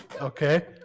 okay